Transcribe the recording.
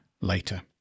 later